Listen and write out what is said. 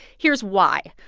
here's why.